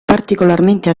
particolarmente